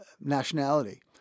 nationality